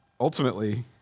ultimately